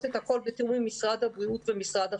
את הכול בתאום עם משרד הבריאות ומשרד החינוך.